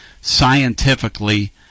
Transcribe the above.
scientifically